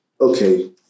Okay